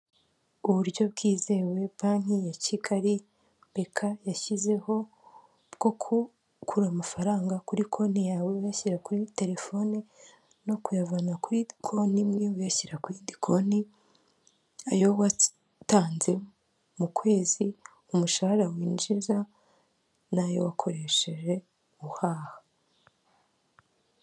Uburyo bwizewe banki ya Kigali ,BK yashyizeho bwo gukura amafaranga kuri konti yawe uyashyira kuri telefoni no kuyavana kuri konti imwe uyashyira ku yindi konti ayo watanze mu kwezi umushahara winjiza n'ayo wakoresheje uhaha .